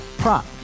Prop